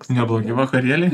neblogi vakarėliai